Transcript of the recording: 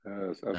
Yes